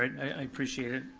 i appreciate it.